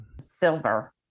Silver